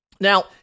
Now